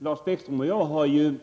Herr talman! Lars Bäckström och jag